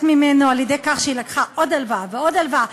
ממנו על-ידי כך שהיא לקחה עוד הלוואה ועוד הלוואה.